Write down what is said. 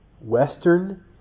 western